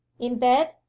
in bed,